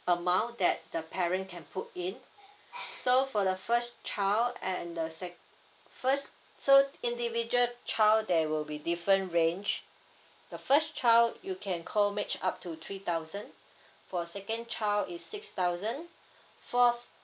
amount that the parent can put in so for the first child and the se~ first so individual child there will be different range the first child you can call match up to three thousand for second child is six thousand forth